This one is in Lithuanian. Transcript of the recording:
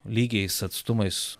lygiais atstumais